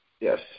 Yes